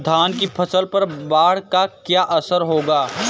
धान की फसल पर बाढ़ का क्या असर होगा?